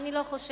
אני לא חושבת.